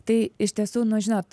tai iš tiesų nu žinot